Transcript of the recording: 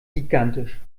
gigantisch